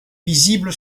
visible